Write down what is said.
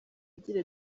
agira